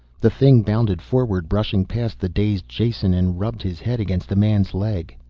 the thing bounded forward, brushing past the dazed jason, and rubbed his head against the man's leg.